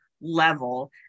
level